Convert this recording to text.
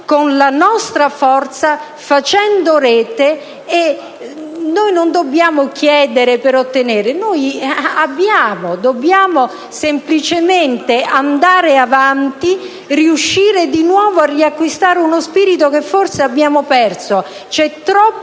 con la nostra forza, facendo rete. Noi non dobbiamo chiedere per ottenere, noi abbiamo. Dobbiamo semplicemente andare avanti, riuscire ad acquistare nuovamente uno spirito che forse abbiamo perso. C'è troppo